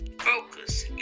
focus